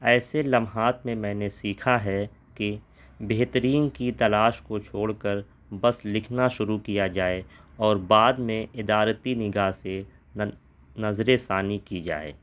ایسے لمحات میں میں نے سیکھا ہے کہ بہترین کی تلاش کو چھوڑ کر بس لکھنا شروع کیا جائے اور بعد میں ادارتی نگاہ سے نظر ثانی کی جائے